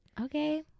okay